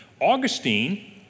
Augustine